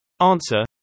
Answer